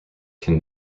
can